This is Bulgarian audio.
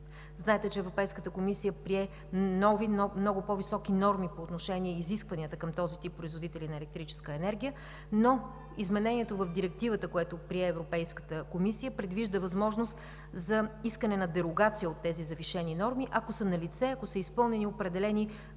знаете, че Европейската комисия прие нови много по-високи норми по отношение на изискванията към този тип производители на електрическа енергия, но изменението в Директивата, което прие Европейската комисия, предвижда възможност за искане на дерогация от тези завишени норми, ако са налице, ако са изпълнени определени критерии